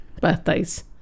birthdays